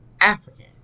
African